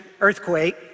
earthquake